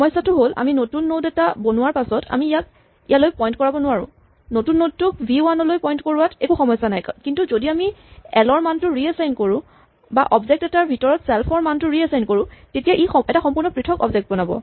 সমস্যাটো হ'ল আমি নতুন নড এটা বনোৱাৰ পাছত আমি ইয়াক ইয়ালৈ পইন্ট কৰাব নোৱাৰো নতুন নড টোক ভি ৱান লৈ পইন্ট কৰোৱাত একো সমস্যা নাই কিন্তু যদি আমি এল ৰ মানটো ৰিএচাইন কৰোঁ বা অবজেক্ট এটাৰ ভিতৰত চেল্ফ ৰ মানটো ৰিএছাইন কৰোঁ তেতিয়া ই এটা সম্পূৰ্ণ পৃথক অবজেক্ট বনাব